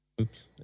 Oops